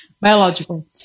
Biological